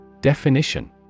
Definition